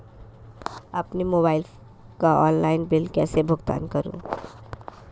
अपने मोबाइल का online bill कैसे भुगतान करूं?